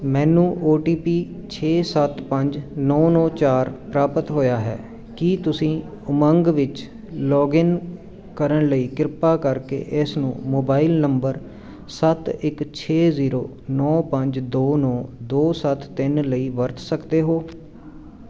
ਮੈਨੂੰ O T P ਛੇ ਸੱਤ ਪੰਜ ਨੌ ਨੌ ਚਾਰ ਪ੍ਰਾਪਤ ਹੋਇਆ ਹੈ ਕੀ ਤੁਸੀਂ ਉਮੰਗ ਵਿੱਚ ਲੌਗਇਨ ਕਰਨ ਲਈ ਕਿਰਪਾ ਕਰਕੇ ਇਸਨੂੰ ਮੋਬਾਈਲ ਨੰਬਰ ਸੱਤ ਇੱਕ ਛੇ ਜੀਰੋ ਨੌ ਪੰਜ ਦੋ ਨੌ ਦੋ ਸੱਤ ਤਿੰਨ ਲਈ ਵਰਤ ਸਕਦੇ ਹੋ